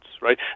right